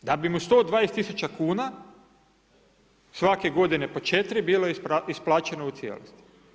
Da bi mu 120 000 kuna, svake godine po 4 bilo isplaćeno u cijelosti.